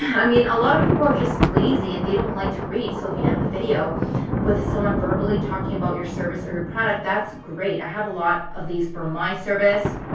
i mean a lot of people are just lazy and they don't like to read. so if you have a video with someone verbally talking about your service or your product, that's great. i have a lot of these for my service.